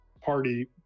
party